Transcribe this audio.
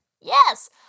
Yes